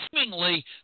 seemingly